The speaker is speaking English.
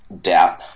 doubt